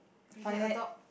you can adopt